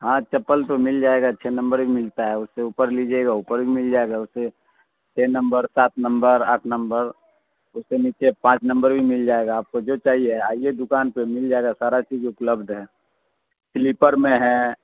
ہاں چپل تو مل جائے گا چھ نمبر بھی ملتا ہے اس سے اوپر لیجیے گا اوپر بھی مل جائے گا اسے چھ نمبر سات نمبر آٹھ نمبر اس سے نیچے پانچ نمبر بھی مل جائے گا آپ کو جو چاہیے آئیے دوکان پہ مل جائے گا سارا چیز اپلبدھ ہے سلیپر میں ہے